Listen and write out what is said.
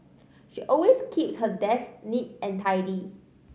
she always keeps her desk neat and tidy